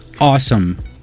awesome